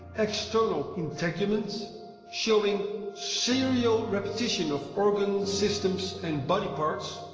external integument showing serial repetition of organ systems and body parts,